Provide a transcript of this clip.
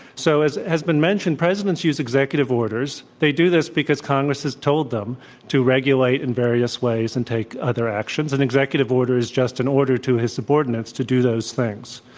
so as has been mentioned, presidents use executive orders. they do this because congress has told them to regulate in various ways and take other action. an and executive order is just an order to his subordinates to do those things.